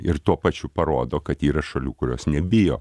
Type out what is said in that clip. ir tuo pačiu parodo kad yra šalių kurios nebijo